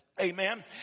Amen